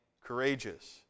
courageous